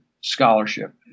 scholarship